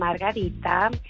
Margarita